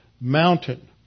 mountain